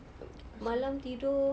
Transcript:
mm malam tidur